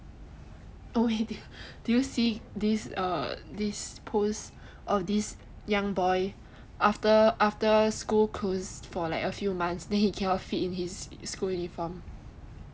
oh wait did you see this post of this young boy after school closed for a few months then he cannot fit into his school uniform